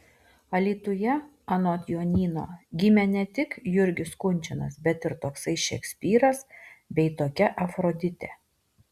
alytuje anot jonyno gimė ne tik jurgis kunčinas bet ir toksai šekspyras bei tokia afroditė